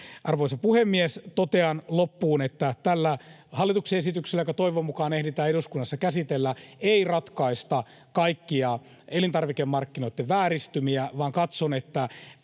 Arvoisa puhemies! Totean loppuun, että tällä hallituksen esityksellä, joka toivon mukaan ehditään eduskunnassa käsitellä, ei ratkaista kaikkia elintarvikemarkkinoitten vääristymiä, vaan katson, että